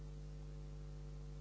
Hvala